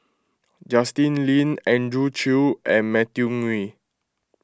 Justin Lean Andrew Chew and Matthew Ngui